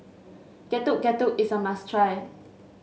Getuk Getuk is a must try